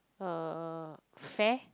uh fare